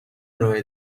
ارائه